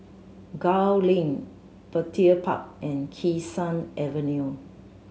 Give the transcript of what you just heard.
Gul Link Petir Park and Kee Sun Avenue